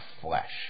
flesh